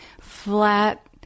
flat